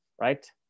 right